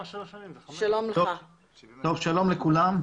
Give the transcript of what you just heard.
שלום לכולם.